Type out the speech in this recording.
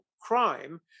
crime